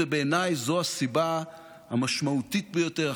ובעיניי זו הסיבה המשמעותית ביותר,